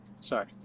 sorry